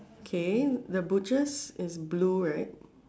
okay the butchers is blue right